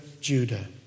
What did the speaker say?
Judah